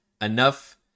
enough